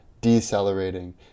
decelerating